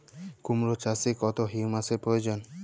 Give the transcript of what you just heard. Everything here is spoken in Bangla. কুড়মো চাষে কত হিউমাসের প্রয়োজন?